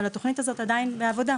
אבל התוכנית הזו עדיין בעבודה.